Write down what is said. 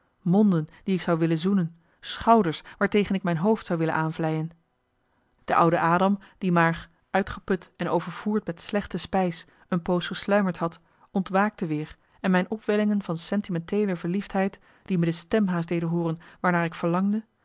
monden die ik zou willen zoenen schouders waartegen ik mijn hoofd zou willen aanvlijen de oude adam die maar uitgeput en overvoerd met slechte spijs een poos gesluimerd had ontwaakte weer en mijn opwellingen van sentimenteele verliefdheid die me de stem haast deden hooren waarnaar ik verlangde